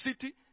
city